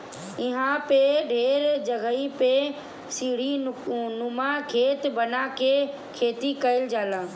इहां पे ढेर जगही पे सीढ़ीनुमा खेत बना के खेती कईल जाला